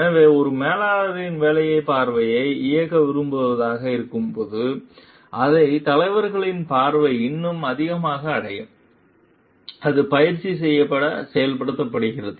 எனவே ஒரு மேலாளரின் வேலை பார்வையை இயக்க விரும்புவதாக இருக்கும்போது அதனால் தலைவர்களின் பார்வை இன்னும் அதிகமாக அடையும் அது பயிற்சி செய்யப்பட்டு செயல்படுத்தப்படுகிறது